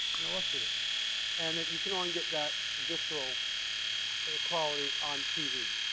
and illustrative and that you can and get that visceral quality on tv.